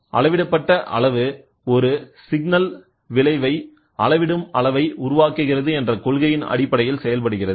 அளவிடப்பட்ட அளவு ஒரு சிக்கல் விளைவை அளவிடும் அளவை உருவாக்குகிறது என்ற கொள்கையின் அடிப்படையில் செயல்படுகிறது